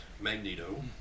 Magneto